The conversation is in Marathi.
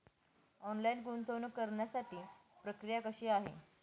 ऑनलाईन गुंतवणूक करण्यासाठी प्रक्रिया कशी आहे?